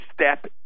step